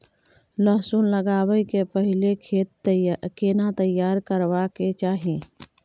लहसुन लगाबै के पहिले खेत केना तैयार करबा के चाही?